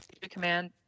command